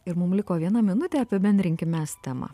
ir mum liko viena minutė apibendrinkim mes temą